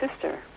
sister